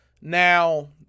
now